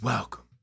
Welcome